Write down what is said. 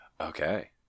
Okay